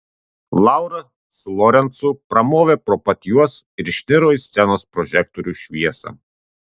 laura su lorencu pramovė pro pat juos ir išniro į scenos prožektorių šviesą